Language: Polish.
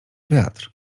wiatr